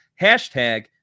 Hashtag